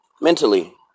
Mentally